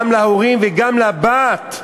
גם להורים וגם לבת,